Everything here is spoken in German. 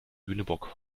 lüneburg